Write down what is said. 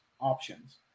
options